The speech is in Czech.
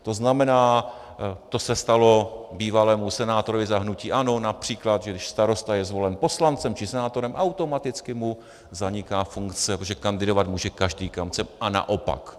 To znamená, to se stalo bývalému senátorovi za hnutí ANO, například, že když starosta je zvolen poslancem či senátorem, automaticky mu zaniká funkce, protože kandidovat může každý, kam chce, a naopak.